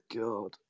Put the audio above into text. god